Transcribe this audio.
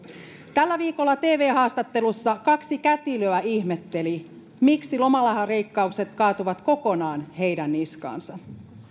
tällä viikolla tv haastattelussa kaksi kätilöä ihmetteli miksi lomarahaleikkaukset kaatuvat kokonaan heidän niskaansa